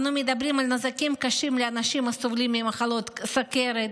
אנו מדברים על נזקים קשים לאנשים הסובלים ממחלות סוכרת,